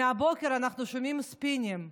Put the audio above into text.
מהבוקר אנחנו שומעים ספינים.